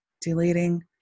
Deleting